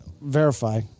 Verify